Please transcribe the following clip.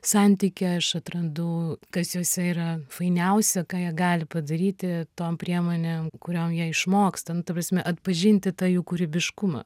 santyky aš atrandu kas juose yra fainiausia ką jie gali padaryti tom priemonėm kuriom jie išmoksta nu ta prasme atpažinti tą jų kūrybiškumą